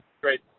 great